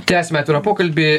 tęsiame atvirą pokalbį